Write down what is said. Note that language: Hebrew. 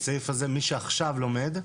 מי שעכשיו לומד,